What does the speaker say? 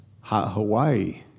Hawaii